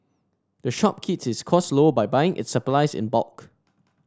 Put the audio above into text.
the shop keeps its costs low by buying its supplies in bulk